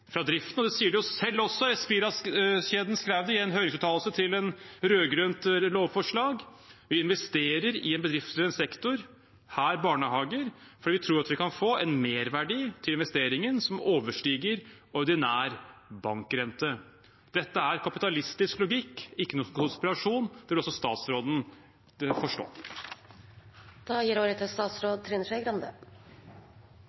fra driften. Det sier de jo selv også. Espira-kjeden skrev det i en høringsuttalelse til et rød-grønt lovforslag, at de investerer i en bedrift eller en sektor – her barnehager – fordi «de tror de kan få en merverdi til investeringen som overstiger ordinær bankrente». Dette er kapitalistisk logikk – ikke noen konspirasjon. Det bør også statsråden forstå. Jeg tror ikke jeg har brukt ordet